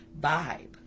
vibe